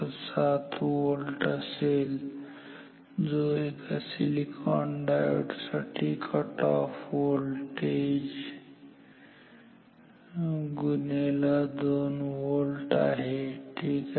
7 volt असेल जो एका सिलिकॉन डायोड साठी कट ऑफ व्होल्टेज गुणेला दोन व्होल्ट ठीक आहे